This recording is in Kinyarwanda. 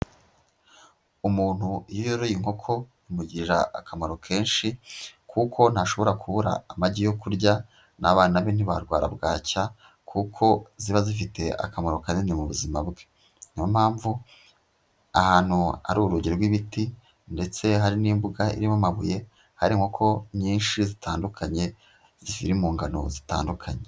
Umuntu iyo yoroye inkoko imugirira akamaro kenshi kuko ntashobora kubura amagi yo kurya n'abana be ntibarwara bwacya, kuko ziba zifite akamaro kanini mu buzima bwe, ni yo mpamvu ahantu hari urugi rw'ibiti ndetse hari n'imbuga irimo amabuye hari inkoko nyinshi zitandukanye ziri mu ngano zitandukanye.